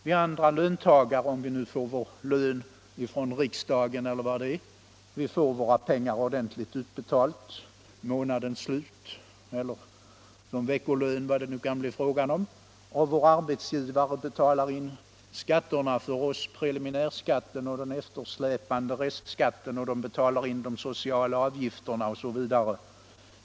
Vi löntagare - om vi nu får vår lön från riksdagen eller vad det är — får våra pengar ordentligt utbetalda vid månadens slut eller i form av veckolön, och våra arbetsgivare betalar in preliminärskatten och den eftersläpande restskatten, betalar in de sociala avgifterna, osv.